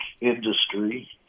industry